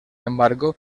embargo